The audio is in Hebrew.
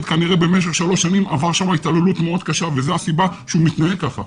כנראה במשך שלוש שנים עבר שם התעללות מאוד קשה וזו הסיבה שהוא מתנהג כך.